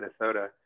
Minnesota